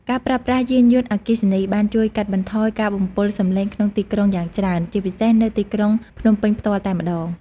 ការប្រើប្រាស់យានយន្តអគ្គីសនី បានជួយកាត់បន្ថយការបំពុលសំលេងក្នុងទីក្រុងយ៉ាងច្រើន ជាពិសេសនៅទីក្រុងភ្នំពេញផ្ទាល់តែម្ដង។